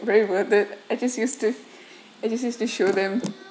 very worth it I just used to I just used to show them